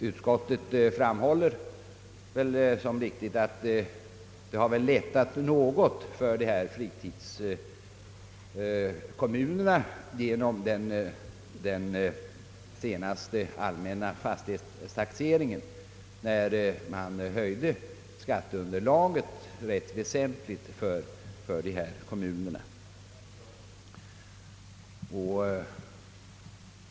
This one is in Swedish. Utskottet framhåller som viktigt, att det väl har lättat något för fritidskommunerna genom den senaste allmänna fastighetstaxeringen, då man väsentligt höjde skatteunderlaget för dessa kommuner.